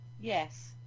yes